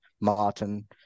Martin